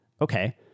Okay